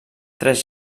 tres